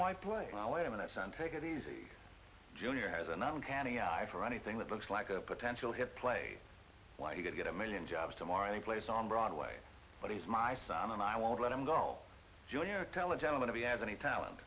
my play and i'll wait a minute son take it easy junior has another candy i for anything that looks like a potential to play why he could get a million jobs tomorrow the place on broadway but he's my son and i won't let him go junior tell a gentleman to be as any talent